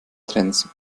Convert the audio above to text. trends